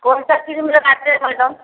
कौनसा क्रीम लगाते हो मैडम